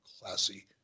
classy